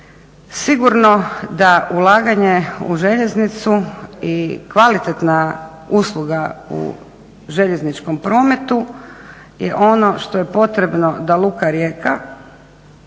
Sigurno da ulaganje u željeznicu i kvalitetna usluga u željezničkom prometu je ono što je potrebno da luka Rijeka